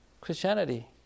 Christianity